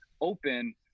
open